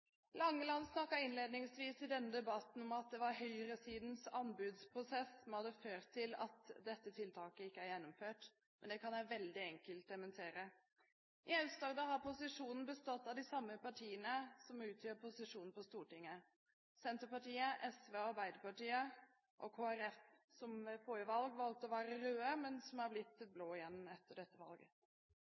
Langeland snakket innledningsvis i denne debatten om at det er høyresidens anbudsprosess som har ført til at dette tiltaket ikke er gjennomført, men det kan jeg veldig enkelt dementere. I Aust-Agder har posisjonen bestått av de samme partiene som utgjør posisjonen på Stortinget: Senterpartiet, SV og Arbeiderpartiet – og Kristelig Folkeparti, som ved forrige valg valgte å være røde, men som er blitt blå igjen etter dette valget.